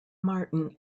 martin